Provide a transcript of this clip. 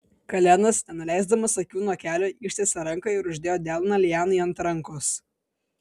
kalenas nenuleisdamas akių nuo kelio ištiesė ranką ir uždėjo delną lianai ant rankos